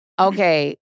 Okay